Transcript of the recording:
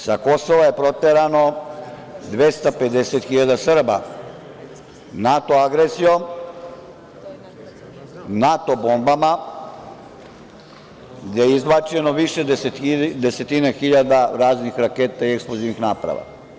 Sa Kosova je proterano 250.000 Srba NATO agresijom, NATO bombama, gde je izbačeno više desetina hiljada raznih raketa i eksplozivnih naprava.